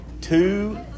two